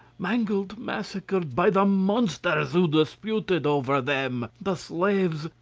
mangled, massacred, by the monsters who disputed over them. the slaves,